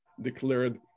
declared